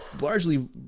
largely